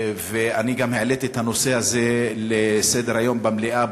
והעליתי את הנושא הזה לסדר-היום במליאה,